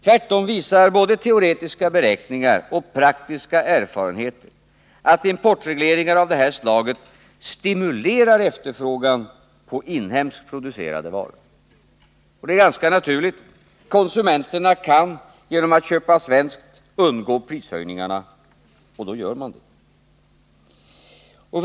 Tvärtom visar både teoretiska beräkningar och praktiska erfarenheter att importregleringar av det här slaget stimulerar efterfrågan på inhemskt producerade varor, och det är ganska naturligt. Konsumenterna kan genom att köpa svenskt undgå prishöjningarna. och då gör de det.